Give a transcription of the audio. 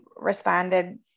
responded